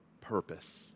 purpose